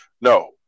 no